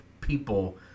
people